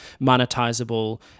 monetizable